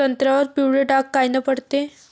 संत्र्यावर पिवळे डाग कायनं पडते?